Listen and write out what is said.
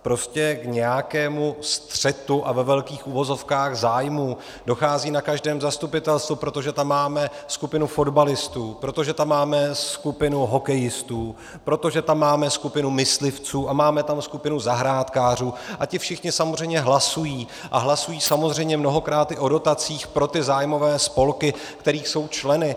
Prostě k nějakému střetu a ve velkých uvozovkách zájmů dochází na každém zastupitelstvu, protože tam máme skupinu fotbalistů, protože tam máme skupinu hokejistů, protože tam máme skupinu myslivců a máme tam skupinu zahrádkářů, a ti všichni samozřejmě hlasují a hlasují samozřejmě mnohokrát i o dotacích pro ty zájmové spolky, kterých jsou členy.